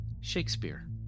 Shakespeare